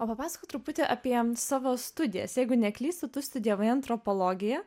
o papasakok truputį apie savo studijas jeigu neklystu tu studijavai antropologiją